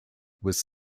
was